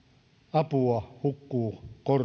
apua hukkuu korruptioon